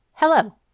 Hello